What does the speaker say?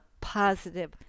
positive